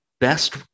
best